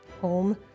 home